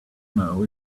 know